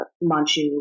Manchu